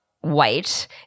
white